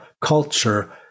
culture